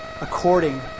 according